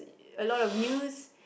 a lot of news